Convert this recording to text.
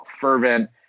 fervent